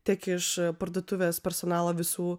tiek iš parduotuvės personalo visų